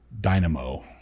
dynamo